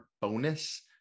bonus